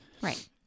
Right